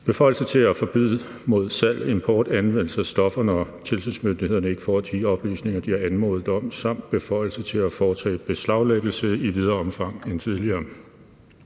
beføjelser til at forbyde salg, import og anvendelse af stoffer, når tilsynsmyndighederne ikke får de oplysninger, de har anmodet om; samt beføjelser til at foretage beslaglæggelse i videre omfang end tidligere.